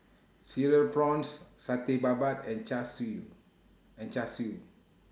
Cereal Prawns Satay Babat and Char Siu and Char Siu